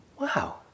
Wow